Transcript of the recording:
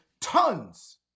tons